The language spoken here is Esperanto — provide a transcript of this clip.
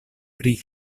pri